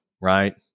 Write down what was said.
right